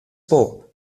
poor